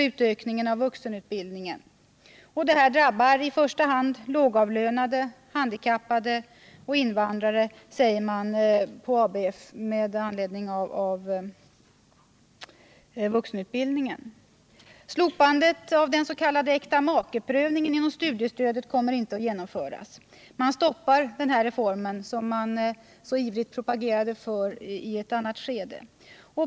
Utökningen av vuxenutbildningen stoppas, vilket drabbar i första hand de lågavlönade, de handikappade och invandrarna enligt vad man säger på ABF. Slopandet av den s.k. äktamakeprövningen inom studiestödet kommer inte att genomföras. Man stoppar denna reform som man så ivrigt propagerat för i ett annat skede.